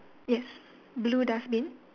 yes blue dustbin